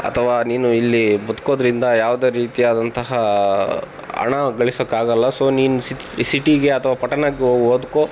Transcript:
ಅಥವಾ ನೀನು ಇಲ್ಲಿ ಬದುಕೋದ್ರಿಂದ್ರ ಯಾವುದೇ ರೀತಿಯಾದಂತಹ ಹಣ ಗಳಿಸೋಕಾಗಲ್ಲ ಸೊ ನೀನು ಸಿಟಿಗೆ ಅಥವಾ ಪಟ್ಟಣಕ್ಕೆ ಹೋಗ್ ಓದ್ಕೋ